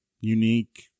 unique